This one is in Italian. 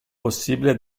possibile